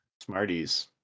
Smarties